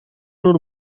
n’u